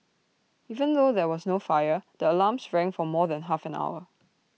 even though there was no fire the alarms rang for more than half an hour